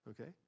Okay